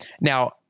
now